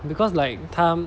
because like 他